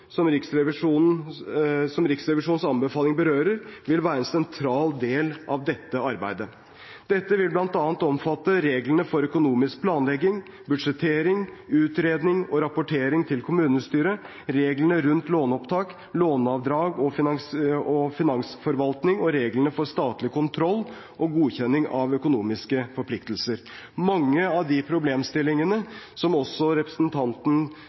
som Riksrevisjonens anbefalinger berører, vil være en sentral del av dette arbeidet. Dette vil bl.a. omfatte reglene for økonomisk planlegging, budsjettering, utredning og rapportering til kommunestyret, reglene rundt låneopptak, låneavdrag og finansforvaltning og reglene for statlig kontroll og godkjenning av økonomiske forpliktelser – mange av de problemstillingene som også representanten